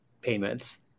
payments